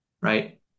right